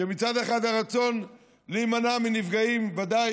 כשמצד אחד הרצון להימנע מנפגעים, ודאי